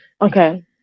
Okay